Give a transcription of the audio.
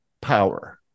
power